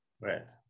Right